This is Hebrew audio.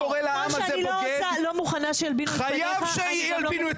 מי שקורא לעם הזה בוגד, חייב שילבינו את